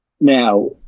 now